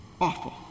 Awful